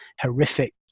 horrific